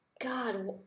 god